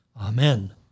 Amen